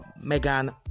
megan